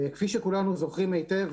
כפי שכולנו זוכרים היטב,